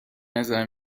نظر